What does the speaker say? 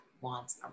wants